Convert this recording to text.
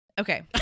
Okay